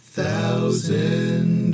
Thousand